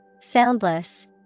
Soundless